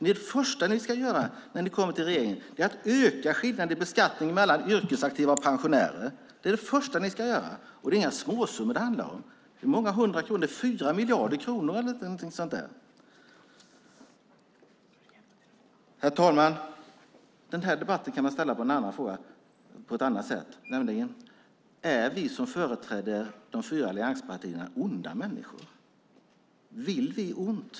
Det första ni ska göra när ni kommer i regeringsställning är att öka skillnaderna i beskattning mellan yrkesaktiva och pensionärer. Och det är inga småsummor det handlar om. Det är många hundra kronor, och det blir 4 miljarder kronor eller någonting sådant. Herr talman! Man kan föra den här debatten på ett annat sätt: Är vi som företräder de fyra allianspartierna onda människor? Vill vi ont?